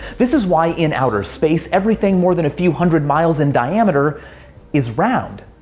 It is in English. this is why in outer space everything more than few hundred miles in diameter is round.